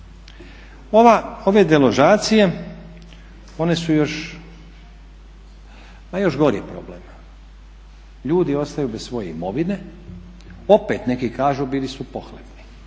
Ove deložacije one su još, ma još gori problem, ljudi ostaju bez svoje imovine, opet neki kažu bili su pohlepni,